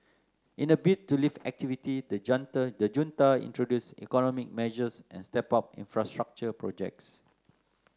in a bid to lift activity the junta the junta introduce economic measures and stepped up infrastructure projects